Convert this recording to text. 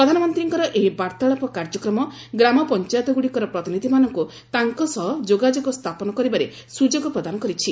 ପ୍ରଧାନମନ୍ତ୍ରୀଙ୍କର ଏହି ବାର୍ତ୍ତାଳାପ କାର୍ଯ୍ୟକ୍ରମ ଗ୍ରାମ ପଞ୍ଚାୟତଗୁଡ଼ିକର ପ୍ରତିନିଧିମାନଙ୍କୁ ତାଙ୍କ ସହ ଯୋଗାଯୋଗ ସ୍ଥାପନ କରିବାରେ ସୁଯୋଗ ପ୍ରଦାନ କରିଛି